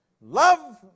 love